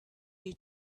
you